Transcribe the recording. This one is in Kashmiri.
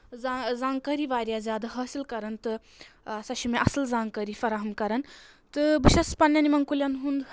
زانکٲری واریاہ زیادٕ حٲصِل کَران تہٕ سۄ چھِ مےٚ اَصٕل زانکٲری فراہم کَران تہٕ بہٕ چھَس پَنٕنؠن یِمن کُلؠن ہُنٛد